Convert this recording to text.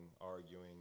arguing